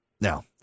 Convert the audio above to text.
Now